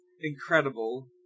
incredible